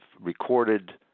recorded